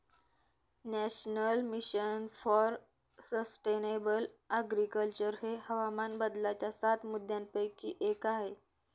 national mission for sustainable agriculture हे हवामान बदलाच्या सात मुद्यांपैकी एक आहे